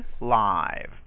live